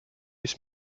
ist